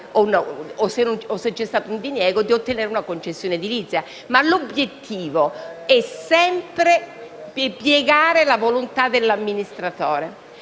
o, se c'è stato un diniego, di ottenere la concessione. Ma l'obiettivo è sempre piegare la volontà dell'amministratore.